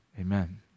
amen